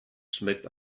schmeckt